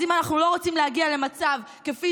אז אם אנחנו לא רוצים להגיע למצב כפי